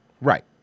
right